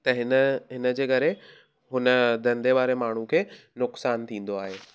त हिन हिन जे करे हुन धंधे वारे माण्हू खे नुक़सानु थींदो आहे